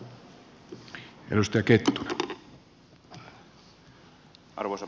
arvoisa puhemies